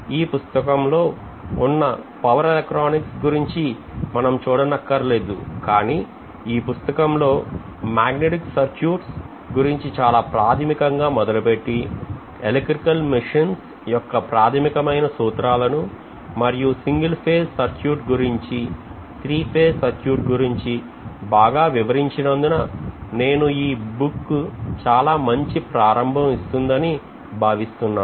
ఈ పుస్తకంలో ఉన్న పవర్ ఎలక్ట్రానిక్స్ గురించి మనం చూడనక్కరలేదు కానీ ఈ పుస్తకంలో మ్యాగ్నెటిక్ సర్క్యూట్స్ గురించి చాలా ప్రాథమికంగా మొదలుపెట్టి ఎలక్ట్రికల్ మెషిన్స్ యొక్క ప్రాథమికమైన సూత్రాలను మరియు సింగిల్ ఫేజ్ సర్క్యూట్ గురించి త్రీ ఫేజ్ సర్క్యూట్ గురించి బాగా వివరించినందున నేను ఈ పుస్తకం చాలా మంచి ప్రారంభం ఇస్తుందని భావిస్తున్నాను